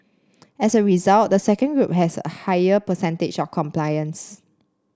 as a result the second has a higher percentage of compliance